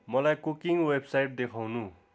मलाई cooking website देखाउनू